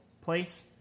place